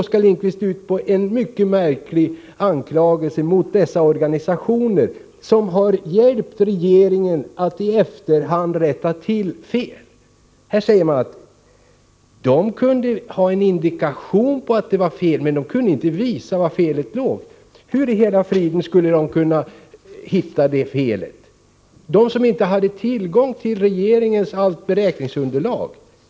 Oskar Lindkvist riktade en mycket märkligt anklagelse mot de organisationer som har hjälpt regeringen att i efterhand rätta till fel. Oskar Lindkvist sade här: Organisationerna hade en indikation på att något var fel, men de kunde inte visa var felet låg. Hur i hela friden skulle organisationerna kunna hitta detta fel? De hade ju inte tillgång till regeringens beräkningsunderlag.